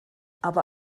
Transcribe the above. aber